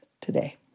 today